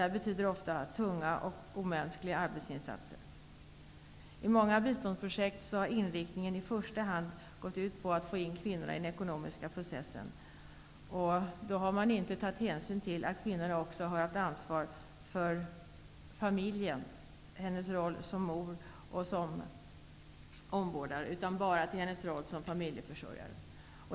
Det betyder ofta tunga och omänskliga arbetsinsatser. I många biståndsprojekt har inriktningen i första hand varit att få in kvinnorna i den ekonomiska processen. Då har man inte tagit hänsyn till att kvinnorna har haft ansvar för familjen i deras roll som mödrar och vårdare utan bara som familjeförsörjare.